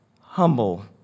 humble